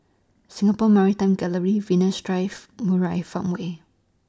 Singapore Maritime Gallery Venus Drive Murai Farmway